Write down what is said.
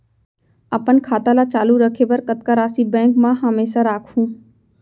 अपन खाता ल चालू रखे बर कतका राशि बैंक म हमेशा राखहूँ?